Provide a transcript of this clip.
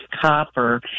copper